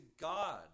God